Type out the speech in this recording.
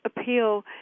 appeal